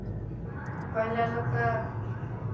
पहिले लोकके